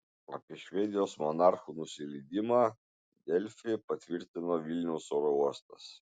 apie švedijos monarchų nusileidimą delfi patvirtino vilniaus oro uostas